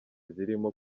zirimo